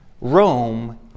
Rome